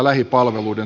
välikysymykseen